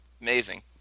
amazing